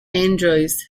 andrews